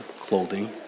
clothing